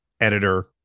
editor